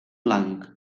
blanc